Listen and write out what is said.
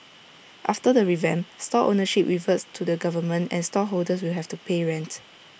after the revamp stall ownership reverts to the government and stall holders will have to pay rent